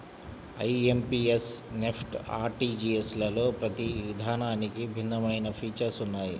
IMPS, NEFT, ఆర్టీజీయస్లలో ప్రతి విధానానికి భిన్నమైన ఫీచర్స్ ఉన్నయ్యి